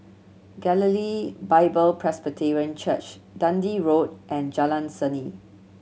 Galilee Bible Presbyterian Church Dundee Road and Jalan Seni